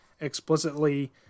explicitly